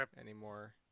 anymore